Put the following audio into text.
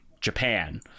japan